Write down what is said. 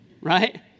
right